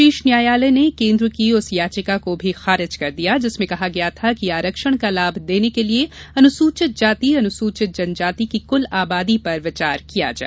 शीर्ष न्यायालय ने केन्द्र की उस याचिका को भी खारिज कर दिया जिसमें कहा गया था आरक्षण का लाभ देने के लिए अनुसूचित जातिअनुसूचित जनजाति की कुल आबादी पर विचार किया जाए